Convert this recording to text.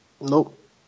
Nope